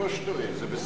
שהיושב-ראש טועה, זה בסדר.